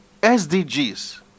SDGs